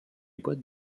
boîtes